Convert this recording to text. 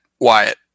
Wyatt